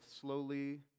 slowly